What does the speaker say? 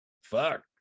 fuck